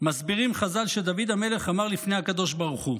מסבירים חז"ל שדוד המלך אמר לפני הקדוש ברוך הוא: